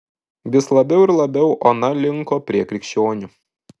vis labiau ir labiau ona linko prie krikščionių